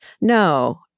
no